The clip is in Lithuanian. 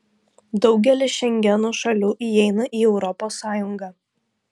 daugelis šengeno šalių įeina ir į europos sąjungą